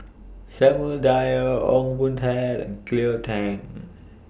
Samuel Dyer Ong Boon Tat and Cleo Thang